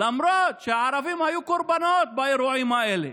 למרות שהערבים היו קורבנות באירועים האלה.